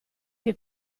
che